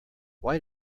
why